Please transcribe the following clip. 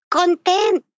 content